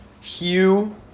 Hugh